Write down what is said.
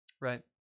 Right